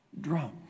drum